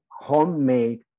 homemade